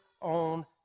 on